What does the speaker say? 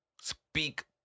speak